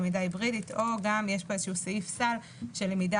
למידה היברידית או גם יש כאן איזשהו סעיף סל של למידה